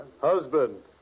Husband